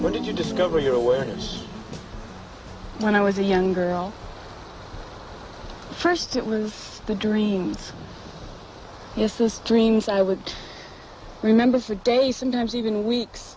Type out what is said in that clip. what did you discover your awareness when i was a young girl first it was the dreams yes those dreams i would remember for days sometimes even weeks